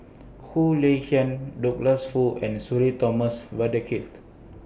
Khoo Lay Hian Douglas Foo and Sudhir Thomas Vadaketh